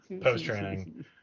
post-training